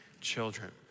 children